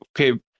Okay